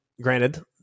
Granted